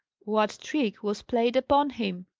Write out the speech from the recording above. what trick was played upon him?